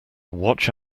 watch